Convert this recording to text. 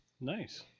Nice